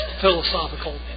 philosophical